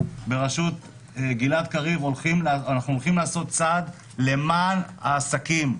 בראשות גלעד קריב אנחנו הולכים לעשות צעד למען העסקים,